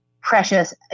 precious